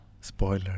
spoiler